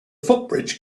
footbridge